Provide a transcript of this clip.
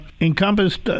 encompassed